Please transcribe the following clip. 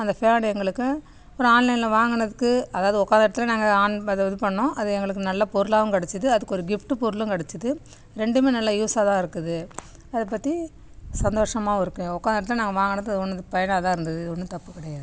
அந்த ஃபேன் எங்களுக்கு ஒரு ஆன்லைனில் வாங்குனதுக்கு அதாவது உக்காந்த இடத்துல நாங்கள் ஆன் அது இது பண்ணிணோம் அது எங்களுக்கு நல்ல பொருளாகவும் கிடைச்சுது அதுக்கு ஒரு கிஃப்ட்டு பொருளும் கிடைச்சுது ரெண்டுமே நல்லா யூஸாக தான் இருக்குது அதைப் பற்றி சந்தோஷமாவும் இருக்குது உக்காந்த இடத்துல நாங்கள் வாங்கினது ஒன்றுக்குது பயனாகதான் இருந்தது ஒன்றும் தப்பு கிடையாது